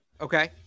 Okay